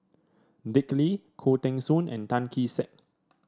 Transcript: Dick Lee Khoo Teng Soon and Tan Kee Sek